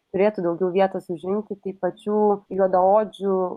turėtų daugiau vietos užimti tai pačių juodaodžių